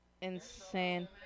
insane